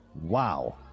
Wow